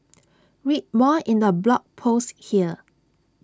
read more in the blog post here